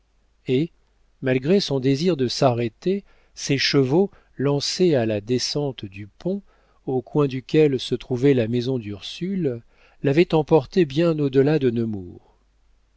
et malgré son désir de s'arrêter ses chevaux lancés à la descente du pont au coin duquel se trouvait la maison d'ursule l'avaient emporté bien au delà de